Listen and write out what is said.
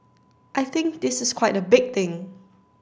I think this is quite a big thing